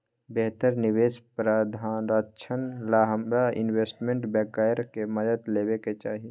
बेहतर निवेश प्रधारक्षण ला हमरा इनवेस्टमेंट बैंकर के मदद लेवे के चाहि